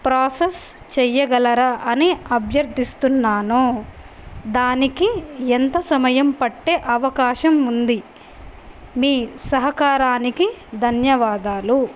process చెయ్యగలరా అని అభ్యర్థిస్తున్నాను దానికి ఎంత సమయం పట్టే అవకాశం ఉంది మీ సహకారానికి ధన్యవాదాలు